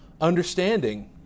Understanding